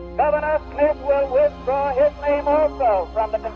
governor smith will withdraw his name also from the